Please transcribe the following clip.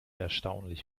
erstaunlich